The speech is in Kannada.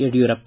ಯಡಿಯೂರಪ್ಪ